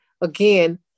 Again